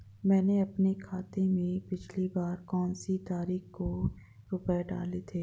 मैंने अपने खाते में पिछली बार कौनसी तारीख को रुपये डाले थे?